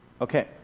Okay